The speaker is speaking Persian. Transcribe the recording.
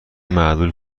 معلول